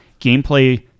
gameplay